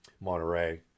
Monterey